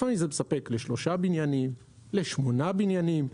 לפעמים זה מספק לשלושה בניינים, לשמונה בניינים.